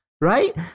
right